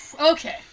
okay